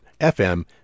FM